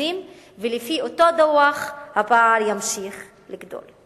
ולפי אותו דוח הפער ימשיך לגדול.